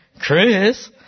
Chris